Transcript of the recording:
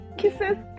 kisses